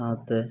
ᱥᱟᱶᱛᱮ